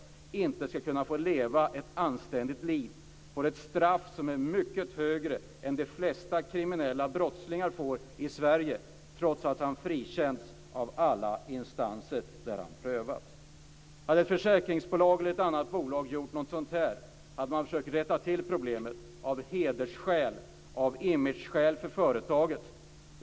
Han kan inte leva ett anständigt liv, och han får ett straff som är mycket högre än vad de flesta kriminella brottslingar får i Sverige trots att han frikänts av alla instanser där han prövats. Hade ett försäkringsbolag eller något annat bolag gjort något sådant här så hade man försökt rätta till problemet av hedersskäl och av imageskäl för företaget.